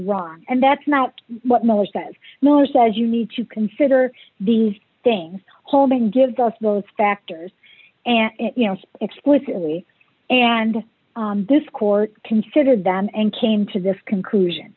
wrong and that's not what miller says more says you need to consider the things holding gives us those factors and you know explicitly and this court considered them and came to this conclusion